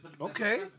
Okay